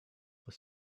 were